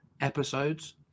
episodes